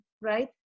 right